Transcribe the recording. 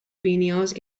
بینیاز